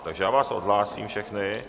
Takže já vás odhlásím všechny.